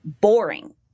boring